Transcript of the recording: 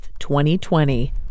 2020